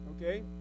okay